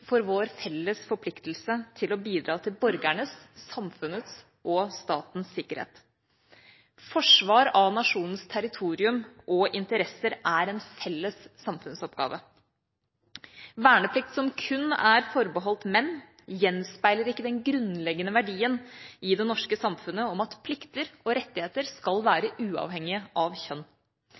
for vår felles forpliktelse til å bidra til borgernes, samfunnets og statens sikkerhet. Forsvar av nasjonens territorium og interesser er en felles samfunnsoppgave. Verneplikt som kun er forbeholdt menn, gjenspeiler ikke den grunnleggende verdien i det norske samfunnet at plikter og rettigheter skal være uavhengig av kjønn.